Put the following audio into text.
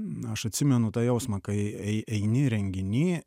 na aš atsimenu tą jausmą kai eini renginį